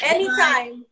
Anytime